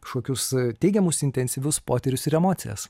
kažkokius teigiamus intensyvius potyrius ir emocijas